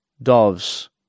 doves